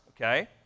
okay